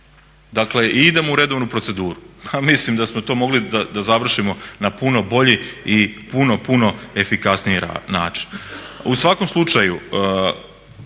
članka i idemo u redovnu proceduru. Pa mislim da smo to mogli da završimo na puno bolji i puno, puno efikasniji način.